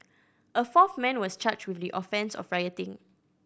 a fourth man was charged with the offence of